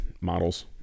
models